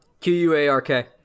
Q-U-A-R-K